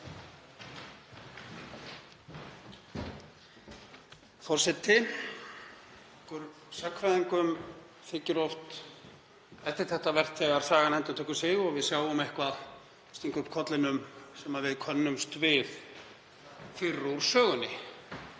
Forseti. Okkur sagnfræðingum þykir oft eftirtektarvert þegar sagan endurtekur sig og við sjáum eitthvað stinga upp kollinum sem við könnumst við úr sögunni.